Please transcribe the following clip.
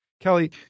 Kelly